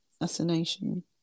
assassination